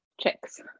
chicks